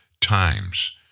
times